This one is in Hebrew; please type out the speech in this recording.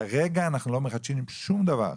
כרגע אנחנו לא מחדשים שום דבר.